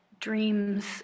dreams